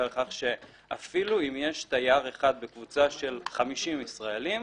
לכך שאפילו אם יש תייר אחד בקבוצה של 50 ישראלים,